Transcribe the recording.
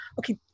Okay